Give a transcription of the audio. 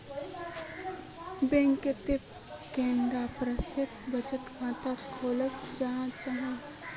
Bank कतेक कैडा प्रकारेर बचत खाता खोलाल जाहा जाहा?